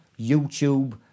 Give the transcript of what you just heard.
YouTube